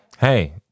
Hey